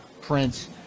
prince